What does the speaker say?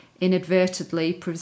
inadvertently